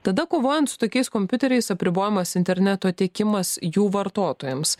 tada kovojant su tokiais kompiuteriais apribojamas interneto tiekimas jų vartotojams